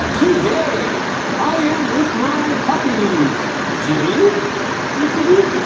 today i am with my puppies chibi hey chibi